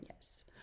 Yes